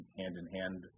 hand-in-hand